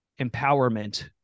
empowerment